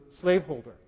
slaveholder